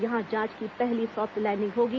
यहां जांच की पहली सॉफ्ट लैंडिंग होगी